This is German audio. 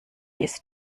ist